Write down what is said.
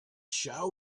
shall